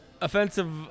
Offensive